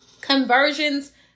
conversions